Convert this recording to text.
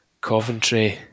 Coventry